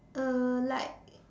uh like